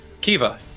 Kiva